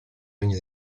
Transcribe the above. regno